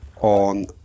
on